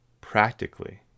practically